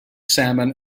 salmon